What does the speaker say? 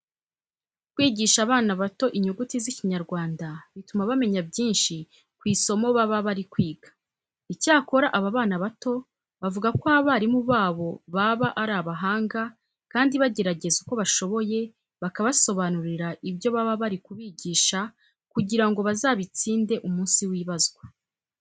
Kwigisha abana bato inyuguti z'Ikinyarwanda bituma bamenya byinshi ku isomo baba bari kwiga. Icyakora aba bana bato bavuga ko abarimu babo baba ari abahanga kandi bagerageza uko bashoboye bakabasobanurira ibyo baba bari kubigisha kugira ngo bazabitsinde umunsi w'ibazwa.